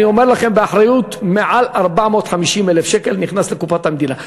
אני אומר לכם באחריות שמעל 450,000 שקל נכנסים לקופת המדינה.